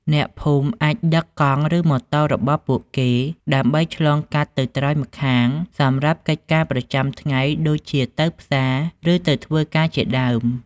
អ្នកភូមិអាចដឹកកង់ឬម៉ូតូរបស់ពួកគេដើម្បីឆ្លងទៅត្រើយម្ខាងសម្រាប់កិច្ចការប្រចាំថ្ងៃដូចជាទៅផ្សារឬទៅធ្វើការជាដើម។